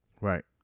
Right